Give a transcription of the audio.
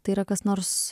tai yra kas nors